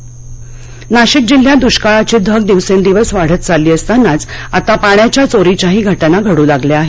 नाशिक पाणी नाशिक जिल्ह्यात दृष्काळाची धग दिवसेंदिवस वाढत चालली असतानाच आता पाण्याच्या चोरीच्याही घटना घडू लागल्या आहेत